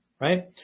right